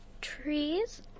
trees